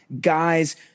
guys